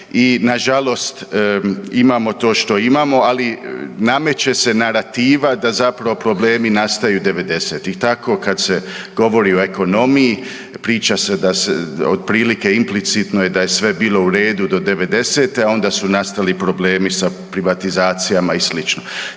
i nažalost imamo to što imamo, ali nameće se narativa da zapravo problemi nastaju 90-ih. Tako kad se govori o ekonomiji, priča se da se otprilike, implicitno je da je sve bilo u redu do '90., a onda su nastali problemi za privatizacijama i